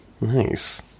Nice